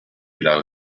las